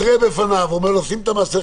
מתריע בפניו, אומר לו שים את המסכה,